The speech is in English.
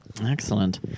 Excellent